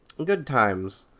and good times.